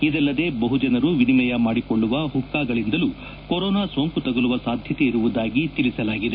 ಇದಲ್ಲದೇ ಬಹು ಜನರು ವಿನಿಮಯ ಮಾಡಿಕೊಳ್ಳುವ ಹುಕ್ಕಾಗಳಿಂದಲೂ ಕೊರೋನಾ ಸೋಂಕು ತಗುಲುವ ಸಾಧ್ಯತೆಯಿರುವುದಾಗಿ ತಿಳಿಸಲಾಗಿದೆ